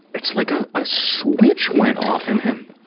it's like ah a switch went off in him.